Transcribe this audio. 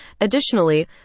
Additionally